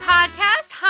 Podcast